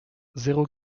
zéro